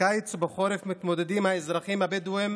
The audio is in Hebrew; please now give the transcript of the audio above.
בקיץ ובחורף מתמודדים האזרחים הבדואים